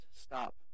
stop